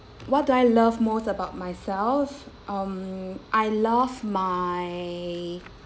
what do I love most about myself um I love my